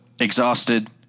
exhausted